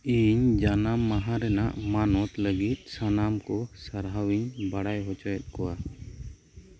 ᱤᱧ ᱡᱟᱱᱟᱢ ᱢᱟᱦᱟ ᱨᱮᱱᱟᱜ ᱢᱟᱱᱚᱛ ᱞᱟᱹᱜᱤᱫ ᱥᱟᱱᱟᱢᱠᱚ ᱥᱟᱨᱦᱟᱣᱤᱧ ᱵᱟᱲᱟᱭ ᱦᱚᱪᱚᱭᱮᱫ ᱠᱚᱣᱟ